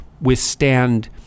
withstand